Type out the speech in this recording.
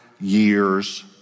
years